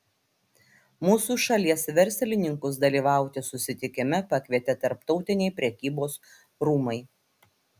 mūsų šalies verslininkus dalyvauti susitikime pakvietė tarptautiniai prekybos rūmai